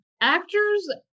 actors